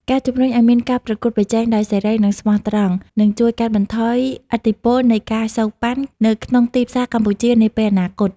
ការជម្រុញឱ្យមានការប្រកួតប្រជែងដោយសេរី និងស្មោះត្រង់ នឹងជួយកាត់បន្ថយឥទ្ធិពលនៃ ការសូកប៉ាន់ នៅក្នុងទីផ្សារកម្ពុជានាពេលអនាគត។